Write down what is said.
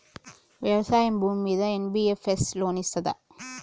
వ్యవసాయం భూమ్మీద NBFS loan ఇస్తదా?